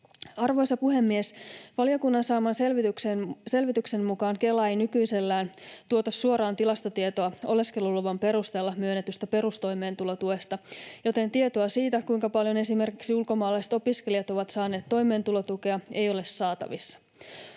Arvoisa puhemies! Valiokunnan saaman selvityksen mukaan Kela ei nykyisellään tuota suoraan tilastotietoa oleskeluluvan perusteella myönnetystä perustoimeentulotuesta, joten tietoa siitä, kuinka paljon esimerkiksi ulkomaalaiset opiskelijat ovat saaneet toimeentulotukea, ei ole saatavissa.